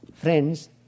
Friends